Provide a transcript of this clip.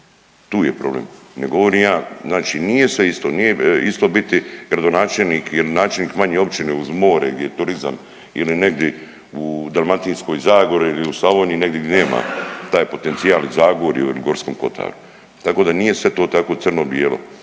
nije sve isto, nije isto biti gradonačelnik ili načelnik manje općine uz more gdje je turizam ili negdje u Dalmatinskoj zagori ili u Slavoniji negdje gdje nema taj potencijal, u Zagorju ili Gorskom kotaru, tako da nije sve to tako crno bijelo,